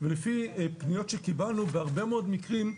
ולפי פניות שקיבלנו בהרבה מאוד מקרים,